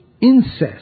incest